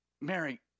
Mary